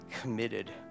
committed